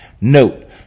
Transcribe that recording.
Note